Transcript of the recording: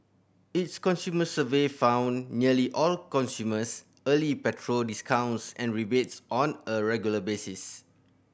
its consumer survey found nearly all consumers early petrol discounts and rebates on a regular basis